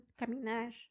caminar